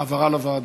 העברה לוועדה.